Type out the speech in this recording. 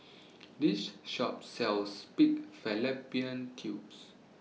This Shop sells Pig Fallopian Tubes